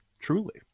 truly